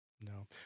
No